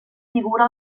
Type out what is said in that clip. figura